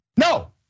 No